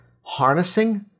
harnessing